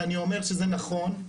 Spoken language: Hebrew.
ואני אומר שזה נכון,